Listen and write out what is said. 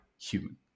human